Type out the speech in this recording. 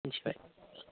मिथिबाय